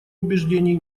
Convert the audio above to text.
убеждений